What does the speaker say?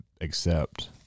accept